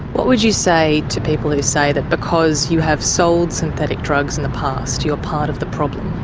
what would you say to people who say that because you have sold synthetic drugs in the past, you're part of the problem?